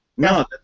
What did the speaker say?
No